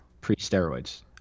pre-steroids